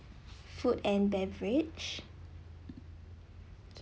food and beverage okay